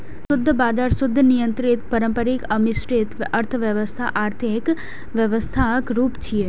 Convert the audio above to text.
शुद्ध बाजार, शुद्ध नियंत्रित, पारंपरिक आ मिश्रित अर्थव्यवस्था आर्थिक व्यवस्थाक रूप छियै